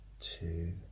two